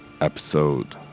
episode